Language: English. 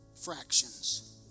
fractions